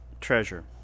treasure